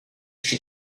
she